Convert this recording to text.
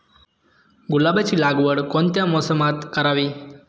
गुलाबाची लागवड कोणत्या मोसमात करावी?